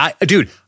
Dude